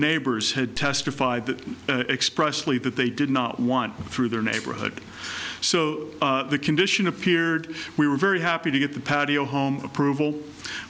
neighbors had testified that expressly that they did not want through their neighborhood so the condition appeared we were very happy to get the patio home approval